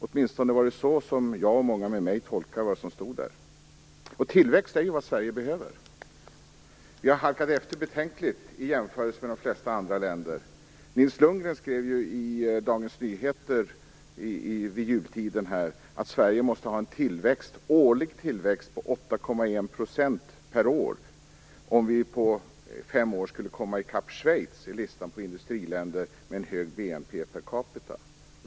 Åtminstone var det så som jag och många med mig tolkade vad som stod i den. Tillväxt är ju också vad Sverige behöver. Vi har halkat efter betänkligt i jämförelse med de flesta andra länder. Nils Lundgren skrev i Dagens Nyheter vid jultiden att Sverige måste ha en årlig tillväxt om 8,1 % för att på fem år komma i kapp Schweiz i listan över industriländer med en hög BNP per capita.